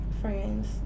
friends